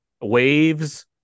Waves